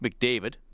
McDavid